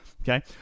Okay